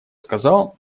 сказал